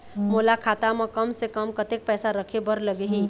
मोला खाता म कम से कम कतेक पैसा रखे बर लगही?